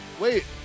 wait